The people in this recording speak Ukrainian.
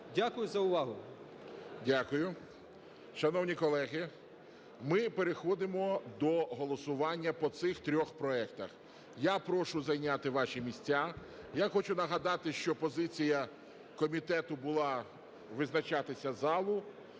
Дякую за увагу. ГОЛОВУЮЧИЙ. Дякую. Шановні колеги, ми переходимо до голосування по цих трьох проектах. Я прошу зайняти ваші місця, я хочу нагадати, що позиція комітету була - визначатися залу.